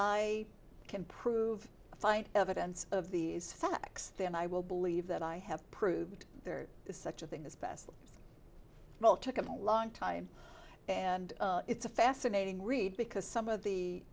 i can prove find evidence of these facts then i will believe that i have proved there is such a thing this past fall took him a long time and it's a fascinating read because some of the